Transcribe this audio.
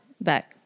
back